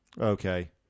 okay